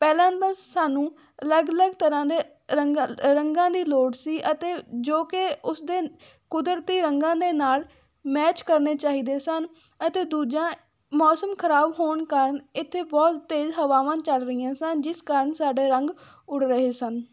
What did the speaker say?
ਪਹਿਲਾਂ ਤਾਂ ਸਾਨੂੰ ਅਲੱਗ ਅਲੱਗ ਤਰ੍ਹਾਂ ਦੇ ਰੰਗਾ ਰੰਗਾਂ ਦੀ ਲੋੜ ਸੀ ਅਤੇ ਜੋ ਕਿ ਉਸ ਦੇ ਕੁਦਰਤੀ ਰੰਗਾਂ ਦੇ ਨਾਲ ਮੈਚ ਕਰਨੇ ਚਾਹੀਦੇ ਸਨ ਅਤੇ ਦੂਜਾ ਮੌਸਮ ਖਰਾਬ ਹੋਣ ਕਾਰਨ ਇੱਥੇ ਬਹੁਤ ਤੇਜ਼ ਹਵਾਵਾਂ ਚੱਲ ਰਹੀਆਂ ਸਨ ਜਿਸ ਕਾਰਨ ਸਾਡੇ ਰੰਗ ਉੜ ਰਹੇ ਸਨ